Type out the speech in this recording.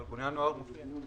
ארגוני הנוער מופיעים.